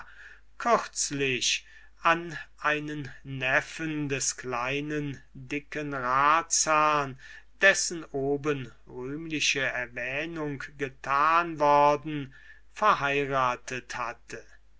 kürzlich an einen neffen des kleinen dicken ratsherrn dessen oben rühmliche erwähnung getan worden verheiratet hatte